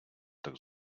так